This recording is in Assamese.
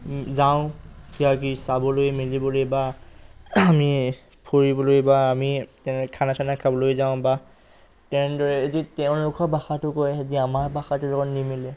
যাওঁ কিবাকিবি চাবলৈ মিলিবলৈ বা আমি ফুৰিবলৈ বা আমি তেনে খানা চানা খাবলৈ যাওঁ বা তেনেদৰে যি তেওঁলোকৰ ভাষাটো কয় সেইদিনা আমাৰ ভাষাটোৰ তেওঁলোকৰ লগত নিমিলে